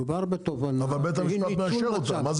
מדובר בניצול.